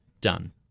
done